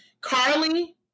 Carly